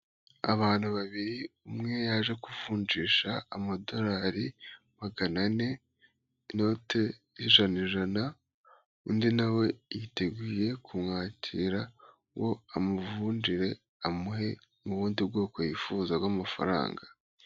Abantu babiri umwe yaje kuvunjisha amadorari magana ane, inote zijana ijana, undi nawe yiteguye kumwakira ngo amuvunjire, amuhe ubundi bwoko yifuza bw'amafaranga.